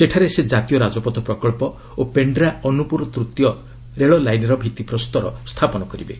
ସେଠାରେ ସେ ଜାତୀୟ ରାଜପଥ ପ୍ରକଳ୍ପ ଓ ପେଣ୍ଡ୍ରା ଅନୁପୁର ତୃତୀୟ ରେଳ ଲାଇନ୍ର ଭିତ୍ତିପ୍ରସ୍ତର ସ୍ଥାପନ କରିବେ